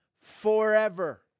forever